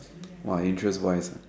!wah! interest wise ah